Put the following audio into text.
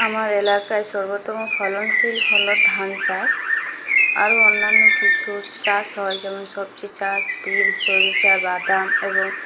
আমার এলাকায় সর্বোত্তম ফলনশীল হলো ধান চাষ আরও অন্যান্য কিছু চাষ হয় যেমন সবজি চাষ তেল সরিষা বাদাম এবং